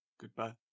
Goodbye